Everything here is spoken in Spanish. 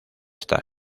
esta